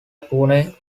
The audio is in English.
pune